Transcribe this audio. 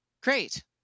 great